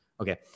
Okay